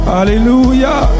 Hallelujah